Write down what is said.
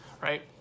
right